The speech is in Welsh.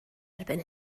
erbyn